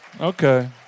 Okay